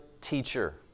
teacher